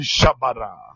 Shabara